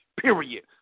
period